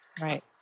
Right